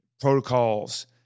protocols